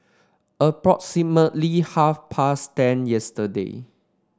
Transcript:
Approximately half past ten yesterday